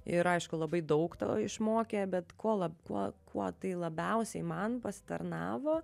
ir aišku labai daug to išmokė bet kuo lab kuo kuo tai labiausiai man pasitarnavo